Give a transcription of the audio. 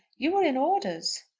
you were in orders.